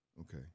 Okay